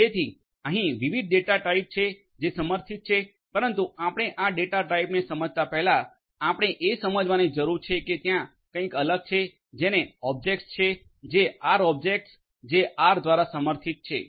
તેથી અહીં વિવિધ ડેટા ટાઈપ છે જે સમર્થિત છે પરંતુ આપણે આ ડેટા ટાઈપને સમજતા પહેલાં આપણે એ સમજવાની જરૂર છે કે ત્યાં કંઈક અલગ છે જેને ઓબ્જેકટસ છે જે આર ઓબ્જેકટસ જે આર દ્વારા સમર્થિત છે